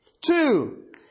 Two